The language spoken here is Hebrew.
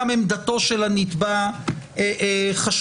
גם עמדתו של הנתבע חשובה.